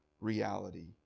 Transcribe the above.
reality